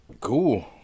Cool